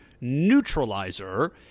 neutralizer